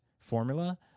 Formula